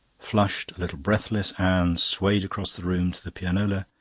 flushed, a little breathless, anne swayed across the room to the pianola,